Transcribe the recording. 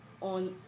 on